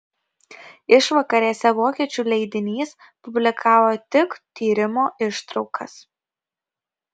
išvakarėse vokiečių leidinys publikavo tik tyrimo ištraukas